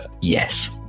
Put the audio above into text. Yes